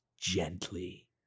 gently